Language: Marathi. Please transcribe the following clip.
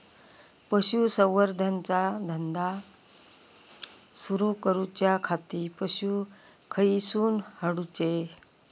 पशुसंवर्धन चा धंदा सुरू करूच्या खाती पशू खईसून हाडूचे?